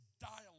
dialogue